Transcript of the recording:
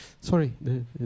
sorry